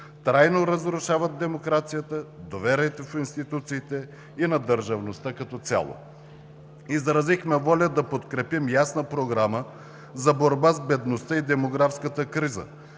трайно разрушават демокрацията, доверието в институциите и на държавността като цяло. Изразихме воля да подкрепим ясна програма за борба с бедността и демографската криза,